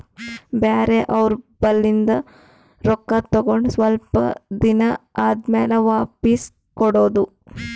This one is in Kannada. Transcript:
ಬ್ಯಾರೆ ಅವ್ರ ಬಲ್ಲಿಂದ್ ರೊಕ್ಕಾ ತಗೊಂಡ್ ಸ್ವಲ್ಪ್ ದಿನಾ ಆದಮ್ಯಾಲ ವಾಪಿಸ್ ಕೊಡೋದು